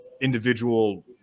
individual